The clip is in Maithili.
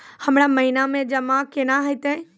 हमरा महिना मे जमा केना हेतै?